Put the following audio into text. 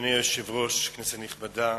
אדוני היושב-ראש, כנסת נכבדה,